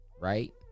right